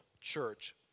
Church